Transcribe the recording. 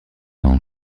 ange